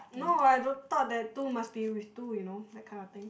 no I don't thought that two must be with two you know that kind of thing